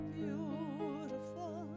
beautiful